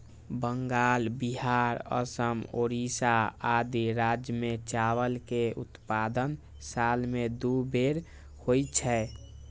बंगाल, बिहार, असम, ओड़िशा आदि राज्य मे चावल के उत्पादन साल मे दू बेर होइ छै